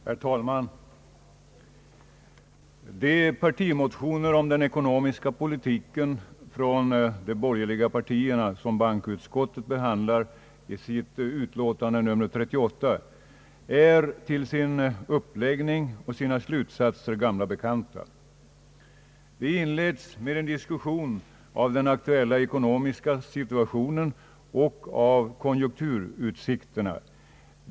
Herr talman! De partimotioner om den ekonomiska politiken som de borgerliga partierna har väckt och som bankoutskottet behandlar i utlåtande nr 38 är till sin uppläggning och sina slutsatser gamla bekanta. De inleds med en diskussion om den aktuella ekonomiska situationen och om konjunkturutsikterna.